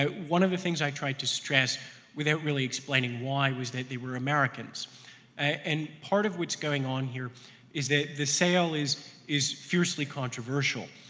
ah one of the things i tried to stress without really explaining why was that they were americans and part of what's going on here is that the sale is is fiercely controversial.